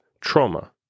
trauma